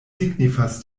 signifas